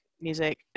music